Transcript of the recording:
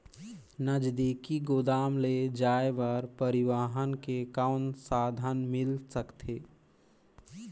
नजदीकी गोदाम ले जाय बर परिवहन के कौन साधन मिल सकथे?